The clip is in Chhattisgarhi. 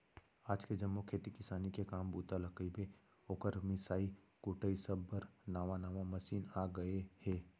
आज के जम्मो खेती किसानी के काम बूता ल कइबे, ओकर मिंसाई कुटई सब बर नावा नावा मसीन आ गए हे